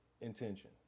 intention